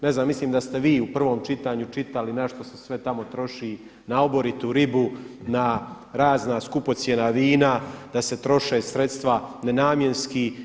Ne znam, mislim da ste vi u prvom čitanju čitali na što se sve tamo troši na oboritu ribu, na razna skupocjena vina, da se troše sredstva nenamjenski.